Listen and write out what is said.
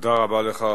תודה רבה לך,